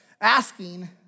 asking